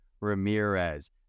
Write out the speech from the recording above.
Ramirez